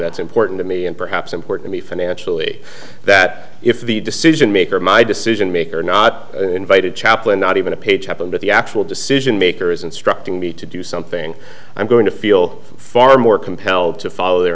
that's important to me and perhaps importantly financially that if the decision maker my decision maker not invited chaplin not even a page happened but the actual decision maker is instructing me to do something i'm going to feel far more compelled to follow their